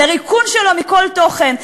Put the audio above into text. לריקון שלו מכל תוכן,